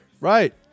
right